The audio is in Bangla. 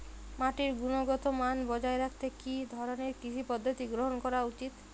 মাটির গুনগতমান বজায় রাখতে কি ধরনের কৃষি পদ্ধতি গ্রহন করা উচিৎ?